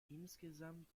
insgesamt